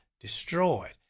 destroyed